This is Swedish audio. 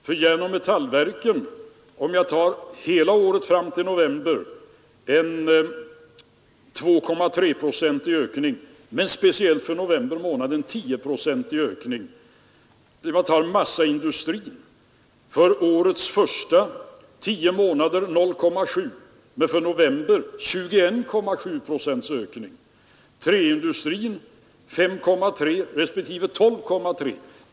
För järnoch metallverken redovisas för hela året fram till november en 2,3-procentig ökning men för november månad en 10-procentig ökning. Massaindustrins produktion ökade under årets första tio månader med 0,7 procent, men för november redovisas 21,7 procents ökning. För träindustrin var ökningen 5,3 respektive 12,3 procent.